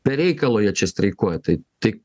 be reikalo jie čia streikuoja tai tai